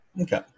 okay